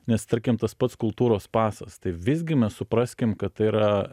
nes tarkim tas pats kultūros pasas tai visgi mes supraskim kad tai yra